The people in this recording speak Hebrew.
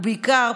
ובעיקר,